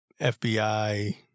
FBI